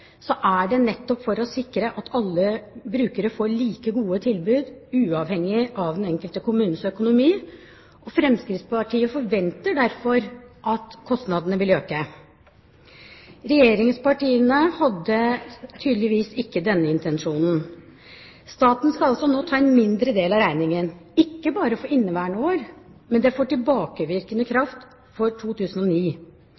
er det nettopp for å sikre at alle brukere får like gode tilbud uavhengig av den enkelte kommunes økonomi. Fremskrittspartiet forventer derfor at kostnadene vil øke. Regjeringspartiene hadde tydeligvis ikke denne intensjonen. Staten skal altså nå ta en mindre del av regningen, ikke bare for inneværende år, men det får tilbakevirkende